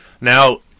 now